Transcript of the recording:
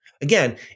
Again